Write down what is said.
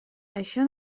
això